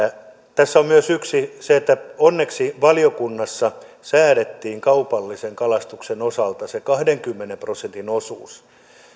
tässä on myös yksi asia se että onneksi valiokunnassa säädettiin kaupallisen kalastuksen osalta se kahdenkymmenen prosentin osuus